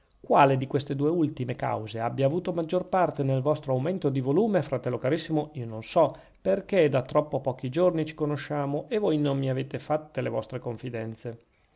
quale di queste due ultime cause abbia avuto maggior parte nel vostro aumento di volume fratello carissimo io non so perchè da troppo pochi giorni ci conosciamo e voi non mi avete fatte le vostre confidenze